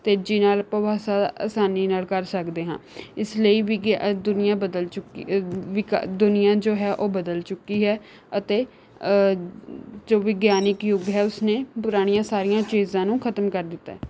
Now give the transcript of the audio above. ਤੇਜ਼ੀ ਨਾਲ ਆਸਾ ਆਸਾਨੀ ਨਾਲ ਕਰ ਸਕਦੇ ਹਾਂ ਇਸ ਲਈ ਵਿਗਿਆਨ ਦੁਨੀਆ ਬਦਲ ਚੁੱਕੀ ਅ ਵਿਕਾਸ ਦੁਨੀਆ ਜੋ ਹੈ ਉਹ ਬਦਲ ਚੁੱਕੀ ਹੈ ਅਤੇ ਜੋ ਵਿਗਿਆਨਿਕ ਯੁੱਗ ਹੈ ਉਸਨੇ ਪੁਰਾਣੀਆਂ ਸਾਰੀਆਂ ਚੀਜ਼ਾਂ ਨੂੰ ਖਤਮ ਕਰ ਦਿੱਤਾ ਹੈ